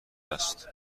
است